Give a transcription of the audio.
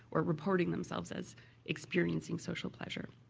or reporting themselves as experiencing social pleasure.